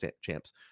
champs